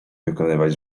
wykonywać